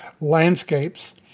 landscapes